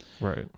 Right